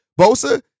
Bosa